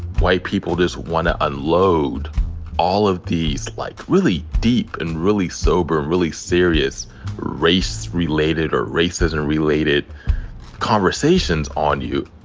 white people just want to unload all of these, like, really deep and really sober, really serious race-related or racism-related conversations on you.